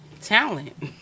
talent